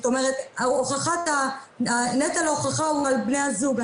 זאת אומרת נטל ההוכחה הוא על בני הזוג,